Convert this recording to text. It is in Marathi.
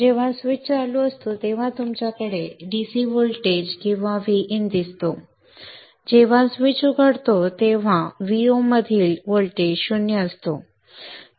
जेव्हा स्विच चालू असतो तेव्हा तुमच्याकडे DC व्होल्टेज किंवा Vin दिसतो जेव्हा स्विच उघडतो तेव्हा Vo मधील व्होल्टेज 0 असतो